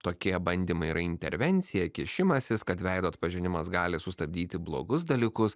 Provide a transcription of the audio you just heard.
tokie bandymai yra intervencija kišimasis kad veido atpažinimas gali sustabdyti blogus dalykus